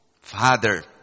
Father